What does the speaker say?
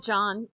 John